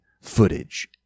footage